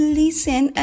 listen